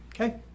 okay